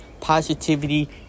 positivity